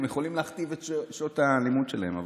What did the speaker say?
יכולים להכתיב את שעות הלימוד שלהם.